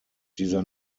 dieser